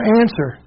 answer